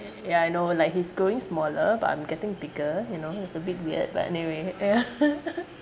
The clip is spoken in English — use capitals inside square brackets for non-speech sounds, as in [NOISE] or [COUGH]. ya I know like he's growing smaller but I'm getting bigger you know it's a bit weird but anyway ya [LAUGHS]